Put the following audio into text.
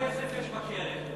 כמה כסף יש בקרן?